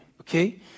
okay